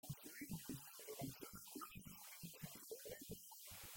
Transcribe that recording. נישואים... הזיזו את יום הנישואים ולא הזיזו את יום הנישואים, והיו אומרים ש...